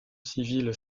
civile